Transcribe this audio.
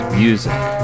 music